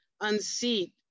unseat